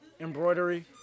embroidery